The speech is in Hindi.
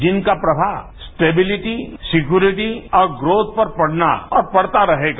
जिनका प्रीशाव स्टेबिलिटी सिक्योरिटी और ग्रोथ पर पड़ना है और पड़ता रहेगा